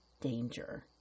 danger